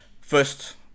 first